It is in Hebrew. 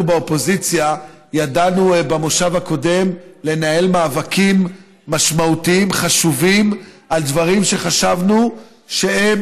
ידענו במושב הקודם לנהל מאבקים משמעותיים חשובים על דברים שחשבנו שהם